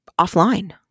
offline